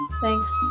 thanks